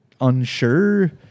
unsure